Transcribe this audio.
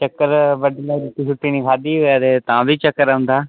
चक्कर बड्ड'लै रुट्टी शुट्टी नेईं खाद्धी दी होऐ ते तां बी चक्कर औंदा